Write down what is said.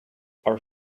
are